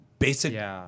Basic